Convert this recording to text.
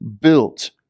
built